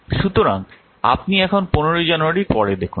সুতরাং আপনি এখন 15 জানুয়ারীর পরে দেখুন